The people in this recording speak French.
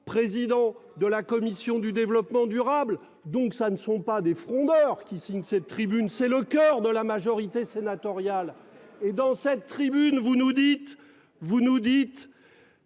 président de la commission du développement durable. Donc ça ne sont pas des frondeurs qui signent cette tribune, c'est le coeur de la majorité sénatoriale. Et dans cette tribune, vous nous dites, vous nous dites.